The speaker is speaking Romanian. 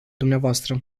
dvs